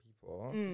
people